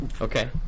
Okay